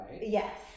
Yes